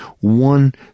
one